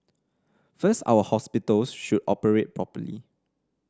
first our hospitals should operate properly